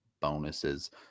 bonuses